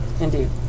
Indeed